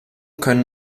können